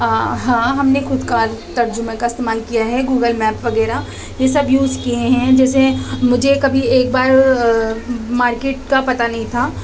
ہاں ہم نے خود کا ترجمے کا استعمال کیا ہے گوگل میپ وغیرہ یہ سب یوز کیے ہیں جیسے مجھے کبھی ایک بار مارکیٹ کا پتا نہیں تھا